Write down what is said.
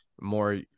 more